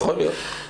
יכול להיות.